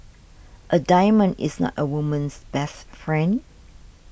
a diamond is not a woman's best friend